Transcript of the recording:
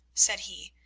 said he,